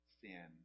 sin